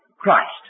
Christ